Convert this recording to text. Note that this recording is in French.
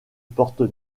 porte